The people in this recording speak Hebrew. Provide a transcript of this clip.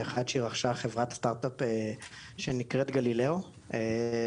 חברת סטרטאפ שנקראת "גלילאו",